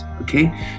Okay